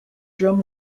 drum